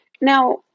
Now